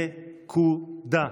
נקודה.